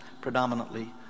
predominantly